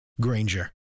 Granger